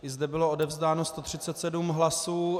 I zde bylo odevzdáno 137 hlasů.